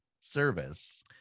service